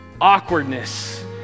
awkwardness